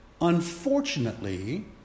unfortunately